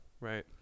Right